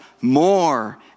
more